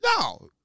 No